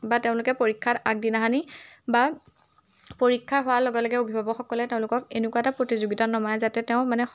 বা তেওঁলোকে পৰীক্ষাত আগদিনাখনি বা পৰীক্ষা হোৱাৰ লগে লগে অভিভাৱকসকলে তেওঁলোকক এনেকুৱা এটা প্ৰতিযোগিতা নমাই যাতে তেওঁ মানে